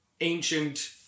ancient